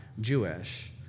Jewish